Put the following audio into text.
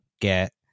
get